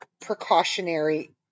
precautionary